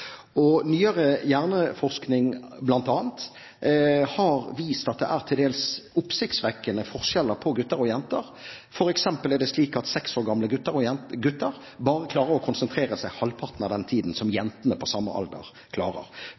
sliter. Nyere hjerneforskning, bl.a., har vist at det er til dels oppsiktsvekkende forskjeller på gutter og jenter. For eksempel er det slik at seks år gamle gutter bare klarer å konsentrere seg halvparten av den tiden som jentene på samme alder klarer.